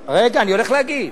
רגע, אני הולך להגיד,